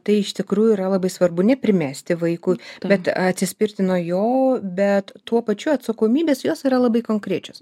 tai iš tikrųjų yra labai svarbu ne primesti vaikui bet atsispirti nuo jo bet tuo pačiu atsakomybės jos yra labai konkrečios